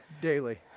daily